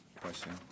question